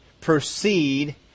proceed